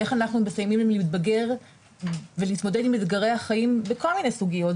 ואיך אנחנו מסייעים למתבגר להתמודד עם אתגרי החיים בכל מיני סוגיות,